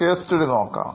case സ്റ്റഡിനോക്കാം